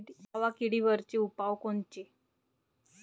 मावा किडीवरचे उपाव कोनचे?